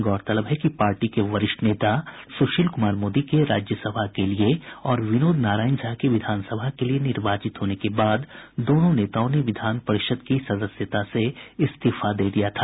गौरतलब है कि पार्टी के वरिष्ठ नेता सुशील कुमार मोदी के राज्य सभा के लिए और विनोद नारायण झा के विधानसभा के लिए निर्वाचित होने के बाद दोनों नेताओं ने विधान परिषद की सदस्यता से इस्तीफा दे दिया था